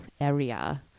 area